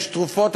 יש תרופות.